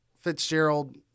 Fitzgerald